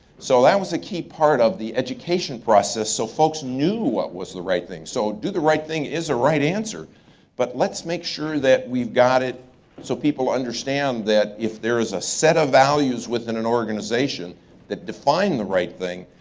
so that was the key part of the education process so folks knew what was the right thing. so do the right thing is the right answer but let's make sure that we've got it so people understand that if there is a set of values within an organization that define the right thing,